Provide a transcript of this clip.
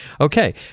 Okay